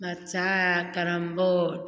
बच्चा या carrom boat